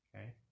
Okay